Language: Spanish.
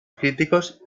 críticos